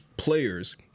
players